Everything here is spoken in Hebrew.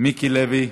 מיקי לוי,